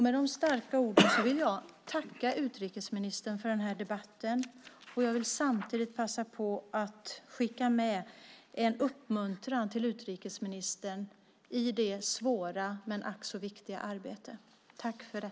Med de starka orden vill jag tacka utrikesministern för den här debatten, och jag vill samtidigt passa på att skicka med en uppmuntran till utrikesministern i det svåra men ack så viktiga arbetet.